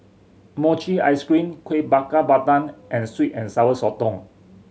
mochi ice cream Kueh Bakar Pandan and sweet and Sour Sotong